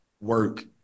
work